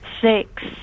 Six